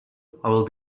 will